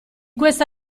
questa